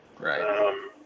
Right